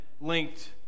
linked